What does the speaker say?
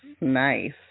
nice